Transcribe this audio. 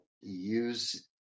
use